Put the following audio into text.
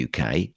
UK